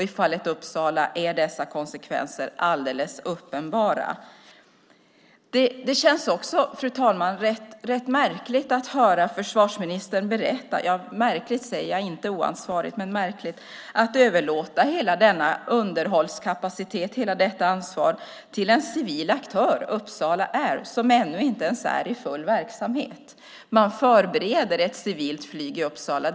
I fallet Uppsala är dessa konsekvenser alldeles uppenbara. Det känns också, fru talman, rätt märkligt - märkligt, säger jag, inte oansvarigt - att höra försvarsministern berätta att hela denna underhållskapacitet, hela detta ansvar överlåts till en civil aktör, Uppsala Air, som ännu inte ens är i full verksamhet. Man förbereder ett civilt flyg i Uppsala.